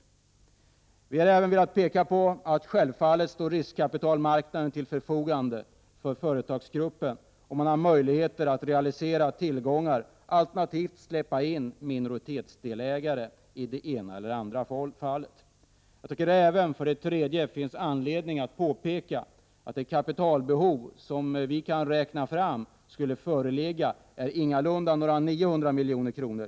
15 december 1988 Vi har även velat peka på att riskkapitalmarknaden självfallet står till förfogande för företagsgruppen, och man har möjligheter att realisera CE tillgångar, alternativt släppa in minoritetsdelägare i det ena eller det andra ER en Arendal Jag tycker även att det finns anledning att påpeka att det kapitalbehov vi kan räkna fram skulle föreligga ingalunda är 900 milj.kr.